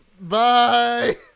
Bye